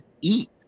Eat